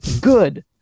Good